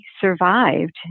survived